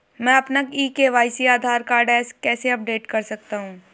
मैं अपना e KYC Aadhaar card कैसे अपडेट कर सकता हूँ?